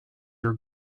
your